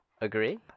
agree